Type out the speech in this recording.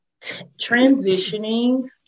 transitioning